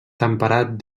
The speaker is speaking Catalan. temperat